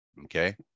okay